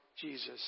Jesus